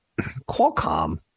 Qualcomm